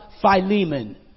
Philemon